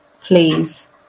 please